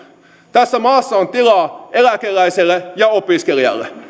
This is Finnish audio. tässä maassa on tilaa eläkeläiselle ja opiskelijalle